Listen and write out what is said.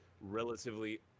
relatively